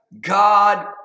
God